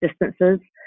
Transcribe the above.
distances